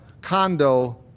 condo